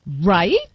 Right